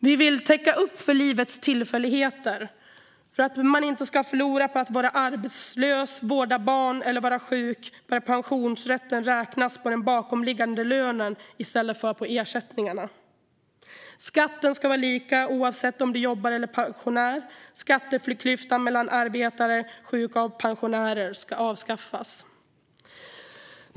Vi vill täcka upp för livets tillfälligheter. För att man inte ska förlora på att vara arbetslös, vårda barn eller vara sjuk bör pensionsrätten räknas på den bakomliggande lönen i stället för på ersättningarna. Skatten ska vara lika oavsett om man jobbar eller är pensionär. Skatteklyftan mellan arbetande, sjuka och pensionärer ska avskaffas.